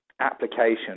application